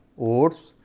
oats,